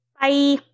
Bye